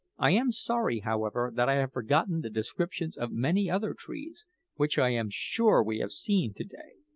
i am sorry, however that i have forgotten the descriptions of many other trees which i am sure we have seen to-day,